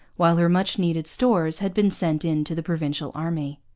while her much-needed stores had been sent in to the provincial army.